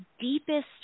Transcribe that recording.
deepest